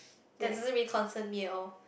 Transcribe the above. that doesn't really concern me at all